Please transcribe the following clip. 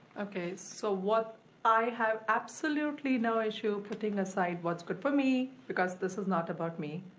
okay, so what i have absolutely no issue putting aside what's good for me, because this is not about me.